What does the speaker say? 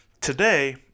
today